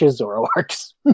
Zoroark's